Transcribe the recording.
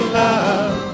love